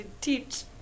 teach